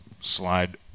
slide